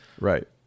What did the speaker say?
Right